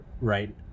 right